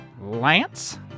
Lance